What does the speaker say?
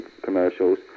commercials